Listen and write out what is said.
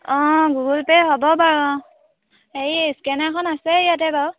অঁ Google Pay হ'ব বাৰু অঁ হেৰি স্কেনাৰখন আছে ইয়াতে বাাৰু